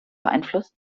beeinflusst